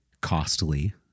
costly